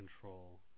control